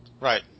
right